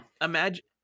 imagine